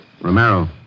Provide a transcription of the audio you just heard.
Romero